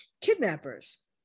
kidnappers